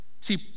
See